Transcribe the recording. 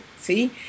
see